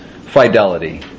fidelity